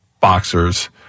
boxers